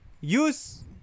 use